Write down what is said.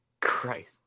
Christ